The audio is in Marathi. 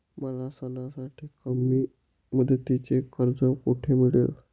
मला सणासाठी कमी मुदतीचे कर्ज कोठे मिळेल?